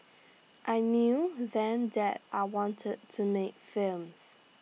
I knew then that I wanted to make films